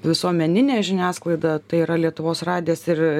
visuomeninė žiniasklaida tai yra lietuvos radijas ir